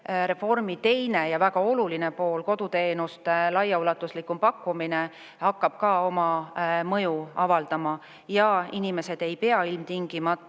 reformi teine ja väga oluline pool, mis on koduteenuste laiaulatuslikum pakkumine, hakkab ka oma mõju avaldama ja inimesed ei pea ilmtingimata